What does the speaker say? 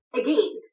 again